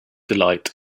delight